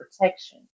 protection